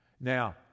now